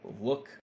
look